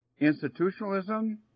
institutionalism